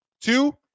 Two